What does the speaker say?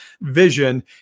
vision